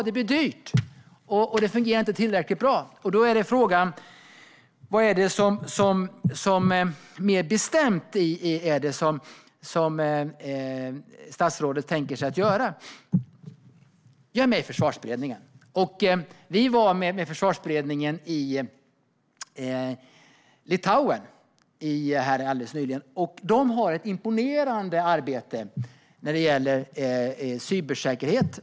Det blir dyrt, och det fungerar inte tillräckligt bra. Då är frågan: Vad, mer bestämt, tänker statsrådet göra? Jag är med i Försvarsberedningen, och vi var i Litauen alldeles nyligen. Där har man ett imponerande arbete när det gäller cybersäkerhet.